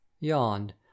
yawned